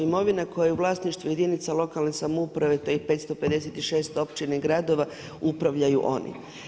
Imovina koja je u vlasništvu jedinica lokalne samouprave tj. 556 općina i gradova upravljaju oni.